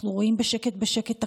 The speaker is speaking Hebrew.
אנחנו רואים בשקט בשקט הקפאה,